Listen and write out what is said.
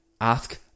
ask